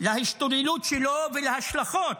להשתוללות שלו ולהשלכות